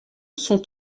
sont